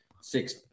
six